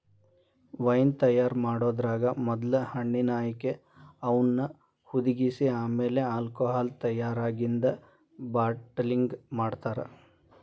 wine ತಯಾರ್ ಮಾಡೋದ್ರಾಗ ಮೊದ್ಲ ಹಣ್ಣಿನ ಆಯ್ಕೆ, ಅವನ್ನ ಹುದಿಗಿಸಿ ಆಮೇಲೆ ಆಲ್ಕೋಹಾಲ್ ತಯಾರಾಗಿಂದ ಬಾಟಲಿಂಗ್ ಮಾಡ್ತಾರ